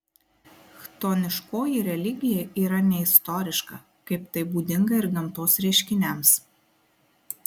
chtoniškoji religija yra neistoriška kaip tai būdinga ir gamtos reiškiniams